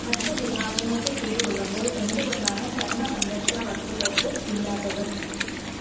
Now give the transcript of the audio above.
മറ്റ് വിഭാഗങ്ങൾക്ക് കിഴിവുള്ളപ്പോൾ എന്തുകൊണ്ടാണ് ചർമ്മസംരക്ഷണ വസ്തുക്കൾക്ക് ഇല്ലാത്തത്